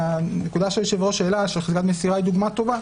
הנקודה שהיושב-ראש העלה של חזקת מסירה היא דוגמה טובה,